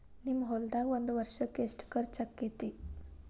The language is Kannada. ನಿಮ್ಮ ಹೊಲ್ದಾಗ ಒಂದ್ ವರ್ಷಕ್ಕ ಎಷ್ಟ ಖರ್ಚ್ ಆಕ್ಕೆತಿ?